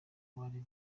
bari